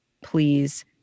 please